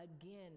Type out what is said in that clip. again